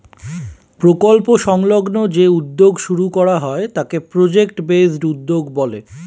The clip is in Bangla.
প্রকল্প সংলগ্ন যে উদ্যোগ শুরু করা হয় তাকে প্রজেক্ট বেসড উদ্যোগ বলে